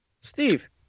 Steve